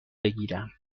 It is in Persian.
بگیرم